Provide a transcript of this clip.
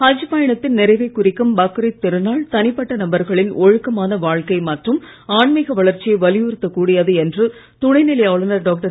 ஹஜ் பயணத்தின் நிறைவைக் குறிக்கும் பக்ரீத் திருநாள் தனிப்பட்ட நபர்களின் ஒழுக்கமான வாழக்கை மற்றும் ஆன்மீக வளர்ச்சியை வலியுறுத்தக் கூடியது என்று துணைநிலை ஆளுநர் டாக்டர்